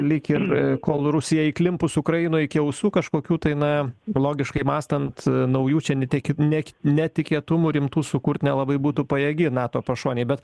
lyg ir kol rusija įklimpusi ukrainoj iki ausų kažkokių tai na logiškai mąstant naujų čia netekit nek netikėtumų rimtų sukurt nelabai būtų pajėgi nato pašonėj bet